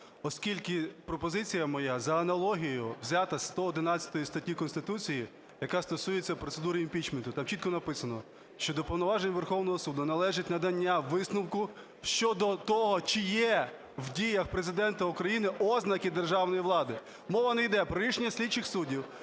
Оскільки пропозиція моя, за аналогією, взята з 111 статті Конституції, яка стосується процедури імпічменту. Там чітко написано, що до повноважень Верховного Суду належить надання висновку щодо того, чи є в діях Президента України ознаки державної влади. Мова не йде про рішення слідчих суддів,